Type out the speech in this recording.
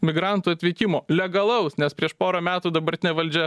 migrantų atvykimo legalaus nes prieš porą metų dabartinė valdžia